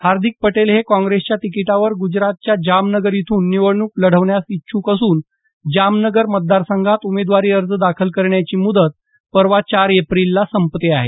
हार्दिक पटेल हे काँग्रेसच्या तिकिटावर गुजरातच्या जामनगर इथून निवडणूक लढवण्यास इच्छूक असून जामनगर मतदार संघात उमेदवारी अर्ज दाखल करण्याची मुदत परवा चार एप्रिलला संपते आहे